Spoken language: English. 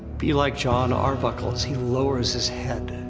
be like jon arbuckle, as he lowers his head.